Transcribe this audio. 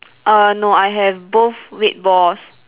err no I have both red balls